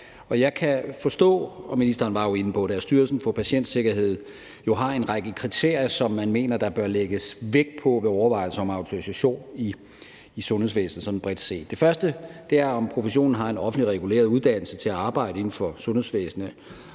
inde på det – at Styrelsen for Patientsikkerhed har en række kriterier, som man mener der bør lægges vægt på ved overvejelser om autorisation i sundhedsvæsenet sådan bredt set. Det første er, om professionen har en offentligt reguleret uddannelse til at arbejde inden for sundhedsvæsenet.